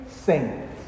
Saints